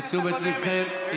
לתשומת ליבכם,